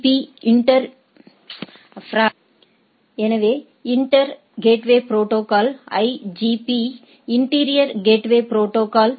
பீ க்கள் interior gateway protocol எ